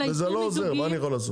וזה לא עוזר, מה אני יכול לעשות.